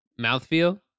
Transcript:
Mouthfeel